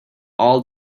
all